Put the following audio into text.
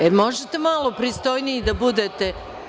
Da li možete malo pristojniji da budete.